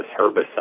herbicide